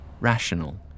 rational